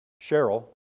Cheryl